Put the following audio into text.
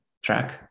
track